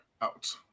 out